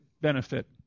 benefit